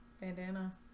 bandana